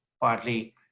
partly